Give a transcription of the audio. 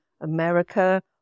America